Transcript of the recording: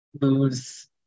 lose